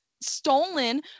stolen